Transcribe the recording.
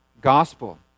gospel